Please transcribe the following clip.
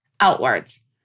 outwards